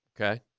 Okay